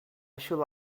should